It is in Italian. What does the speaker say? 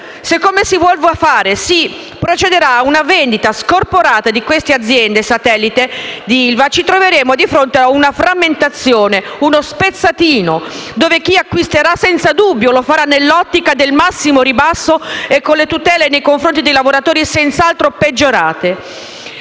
fare - si procederà a una vendita scorporata di queste aziende satelliti di ILVA, ci troveremo di fronte a una frammentazione, uno spezzatino dove chi acquisterà senza dubbio lo farà nell'ottica del massimo ribasso e con le tutele nei confronti dei lavoratori senz'altro peggiorate.